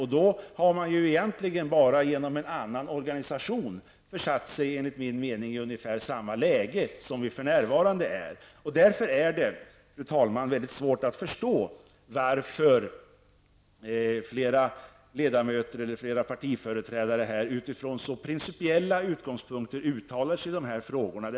Därigenom har man egentligen bara genom en annan organisation enligt min mening försatt sig i ungefär samma läge som vi för närvarande befinner oss i. Det är svårt att förstå att flera partiföreträdare här utifrån principiella utgångspunkter uttalar sig i dessa frågor.